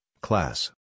class